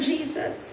Jesus